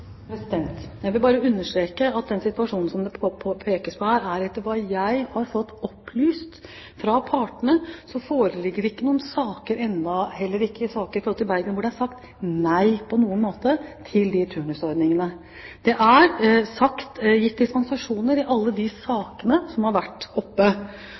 Jeg vil bare understreke at etter hva jeg har fått opplyst fra partene, foreligger det ikke noen saker ennå, heller ikke i saker i forhold til Bergen, hvor det er sagt nei på noen måte til de turnusordningene. Det er gitt dispensasjoner i alle de sakene som har vært oppe.